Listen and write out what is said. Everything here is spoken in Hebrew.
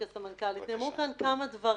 נאמרו כאן כמה דברים.